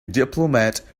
diplomat